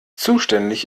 zuständig